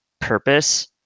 purpose